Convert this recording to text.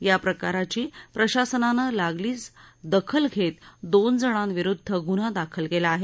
या प्रकाराची प्रशासनानं लागलीच दखल घेत दोन जणांविरुद्व ग्रन्हा दाखल केला आहे